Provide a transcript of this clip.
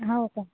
हो का